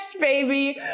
baby